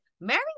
mary